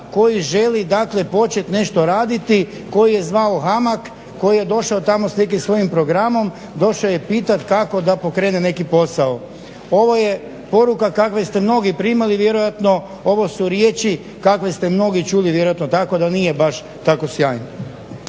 koji želi početi nešto raditi, koji je zvao HAMAG koji je došao tamo s nekim svojim programom, došao je pitati kako da pokrene neki posao. Ovo je poruka kakve ste mnogi primali vjerojatno ovo su riječi kakve ste mnogi čuli vjerojatno tako da nije baš tako sjajno.